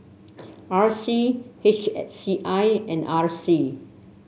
R C H A C I and R C